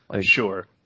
Sure